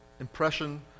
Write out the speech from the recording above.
Impression